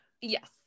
Yes